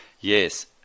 Yes